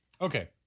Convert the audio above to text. okay